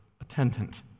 attendant